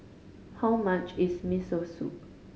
how much is Miso Soup